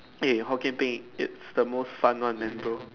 eh Hokkien thing it's the most fun one man bro